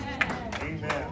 Amen